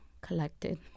collected